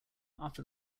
after